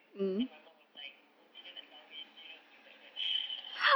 then my mum was like oh bila nak kahwin you know things like that